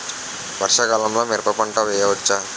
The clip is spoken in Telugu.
వర్షాకాలంలో మిరప పంట వేయవచ్చా?